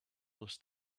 this